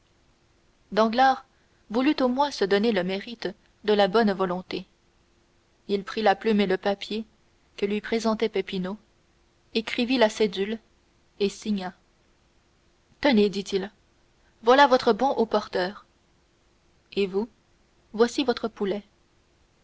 danglars voulut au moins se donner le mérite de la bonne volonté il prit la plume et le papier que lui présentait peppino écrivit la cédule et signa tenez dit-il voilà votre bon au porteur et vous voici votre poulet